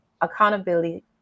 accountability